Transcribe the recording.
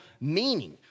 meaning